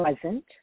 present